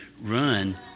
Run